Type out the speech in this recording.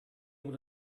able